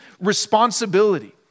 responsibility